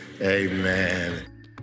amen